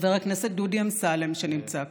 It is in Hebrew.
חבר הכנסת דודי אמסלם, שנמצא כאן,